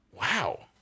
Wow